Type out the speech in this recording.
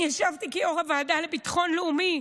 אני ישבתי כיו"ר הוועדה לביטחון לאומי,